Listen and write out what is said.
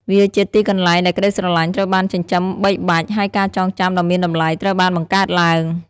វាជាទីកន្លែងដែលក្ដីស្រឡាញ់ត្រូវបានចិញ្ចឹមបីបាច់ ហើយការចងចាំដ៏មានតម្លៃត្រូវបានបង្កើតឡើង។